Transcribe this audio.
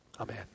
Amen